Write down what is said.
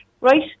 right